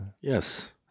Yes